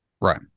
Right